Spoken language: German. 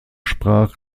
sprach